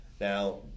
Now